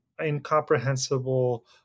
incomprehensible